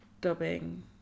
dubbing